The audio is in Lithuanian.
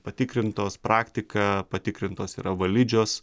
patikrintos praktika patikrintos yra validžios